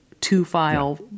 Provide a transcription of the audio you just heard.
two-file